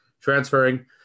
transferring